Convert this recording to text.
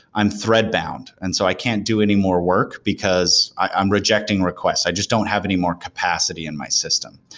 i'm thread bound, and so i can't do any more work, because i'm rejecting requests. i just don't have any more capacity in my system.